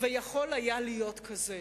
ויכול היה להיות כזה,